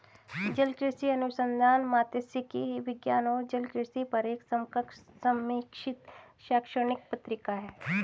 जलकृषि अनुसंधान मात्स्यिकी विज्ञान और जलकृषि पर एक समकक्ष समीक्षित शैक्षणिक पत्रिका है